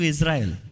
Israel